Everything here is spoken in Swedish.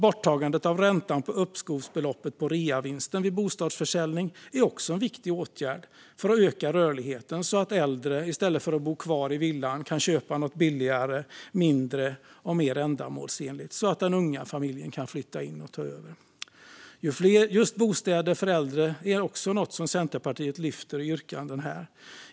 Borttagandet av räntan på uppskovsbeloppet på reavinsten vid bostadsförsäljning är också en viktig åtgärd för att öka rörligheten så att äldre i stället för att bo kvar i villan kan köpa något billigare, mindre och mer ändamålsenligt, så att den unga familjen kan flytta in och ta över. Just bostäder för äldre är också något som Centerpartiet lyfter fram i yrkanden här.